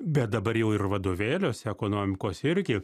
bet dabar jau ir vadovėliuose ekonomikos irgi